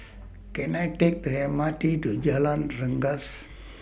Can I Take The M R T to Jalan Rengas